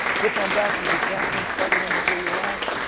flip on back into the exact same spot you're in before you arrived,